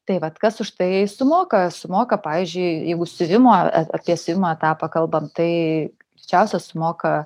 tai vat kas už tai sumoka sumoka pavyzdžiui jeigu siuvimo apie siuvimo etapą kalbant tai greičiausia sumoka